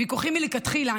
ויכוחים מלכתחילה.